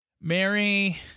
Mary